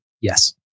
Yes